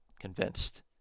convinced